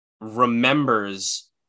remembers